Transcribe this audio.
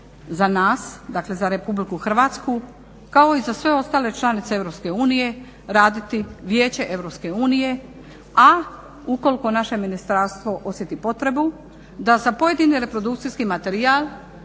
za nas, dakle za Republiku Hrvatsku kao i za sve ostale članice Europske unije raditi vijeće Europske unije. A ukoliko naše ministarstvo osjeti potrebu da za pojedini reprodukcijski materijal